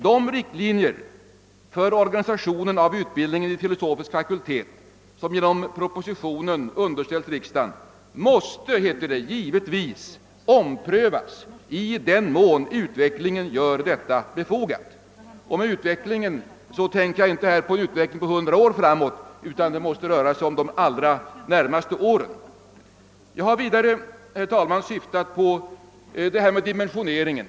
»De riktlinjer för organisationen av utbildningen vid filosofisk fakultet m.m., som genom propositionen underställts riksdagen, måste givetvis omprövas i den mån utvecklingen gör detta befogat», heter det i utskottsutlåtandet. Med »utvecklingen» avser jag inte utvecklingen under hundra år framåt, utan det måste röra sig om de allra närmaste åren. Jag har, herr talman, vidare syftat på frågan om dimensioneringen.